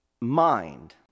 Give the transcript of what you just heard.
mind